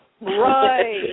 Right